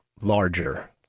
larger